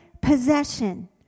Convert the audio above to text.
possession